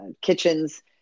kitchens